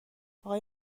آقای